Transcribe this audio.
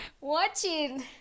watching